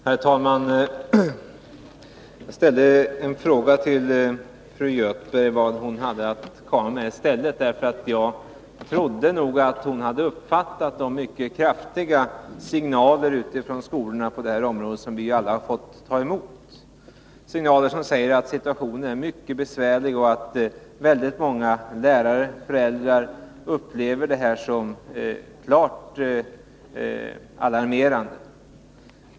Herr talman! Jag ställde en fråga till fru Göthberg om vad hon hade att komma med i stället. Jag trodde att hon hade uppfattat de mycket kraftiga signaler utifrån skolorna som vi alla har fått ta emot, signaler som säger att situationen är mycket besvärlig och att väldigt många lärare och föräldrar upplever detta som klart alarmerande.